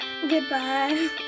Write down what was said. goodbye